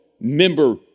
member